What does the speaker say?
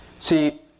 See